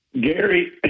Gary